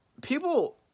people